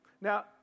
Now